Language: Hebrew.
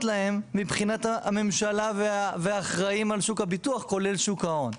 להם מבחינת הממשלה והאחראים על שוק הביטוח כולל שוק ההון.